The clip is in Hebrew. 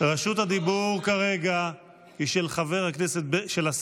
רשות הדיבור נתונה כרגע לשר בן